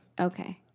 Okay